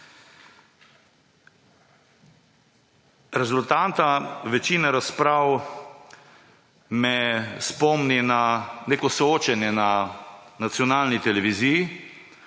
Rezultanta večine razprav me spomni na neko soočenje na nacionalni televiziji,